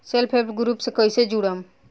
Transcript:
Self help group से कइसे जुड़म?